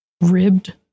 ribbed